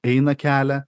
eina kelią